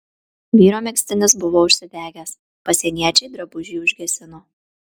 vyro megztinis buvo užsidegęs pasieniečiai drabužį užgesino